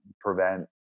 prevent